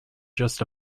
just